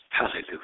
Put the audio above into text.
Hallelujah